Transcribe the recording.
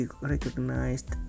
recognized